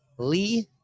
lee